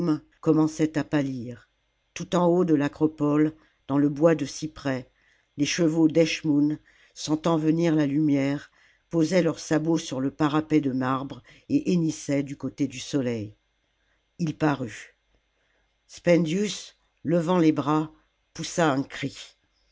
commençait à pâlir tout au haut de l'acropole dans le bois de cyprès les chevaux d'eschmoûn sentant venir la lumière posaient leurs sabots sur le parapet de marbre et hennissaient du côté du soleil parut spendius levant les bras poussa un cri